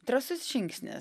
drąsus žingsnis